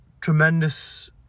tremendous